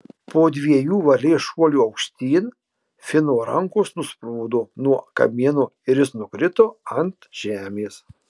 po dviejų varlės šuolių aukštyn fino rankos nusprūdo nuo kamieno ir jis nukrito ant žemės